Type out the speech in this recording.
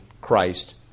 Christ